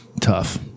tough